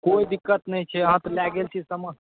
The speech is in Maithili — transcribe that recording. कोइ दिक्कत नहि छै अहाँ तऽ लए गेल छियै सामान